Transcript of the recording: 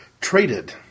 traded